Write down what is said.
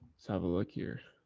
so have a look here.